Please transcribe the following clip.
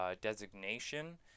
designation